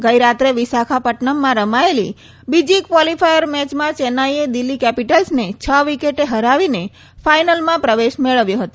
ગઈ રાત્રે વિશાખાપટનમમાં રમાયેલી બીજી કવોલીફાયર મેચમાં ચેન્નાઈએ દિલ્હી કેપીટલ્સને છ વિકેટે હરાવીને ફાયનલમાં પ્રવેશ મેળવ્યો હતો